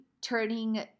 turning